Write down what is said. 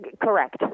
correct